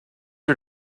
are